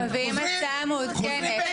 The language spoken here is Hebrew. אנחנו מביאים הצעה מעודכנת.